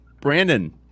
Brandon